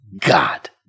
God